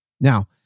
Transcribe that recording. Now